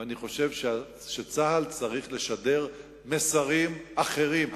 אני חושב שצה"ל צריך לשדר מסרים אחרים,